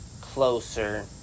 closer